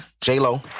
J-Lo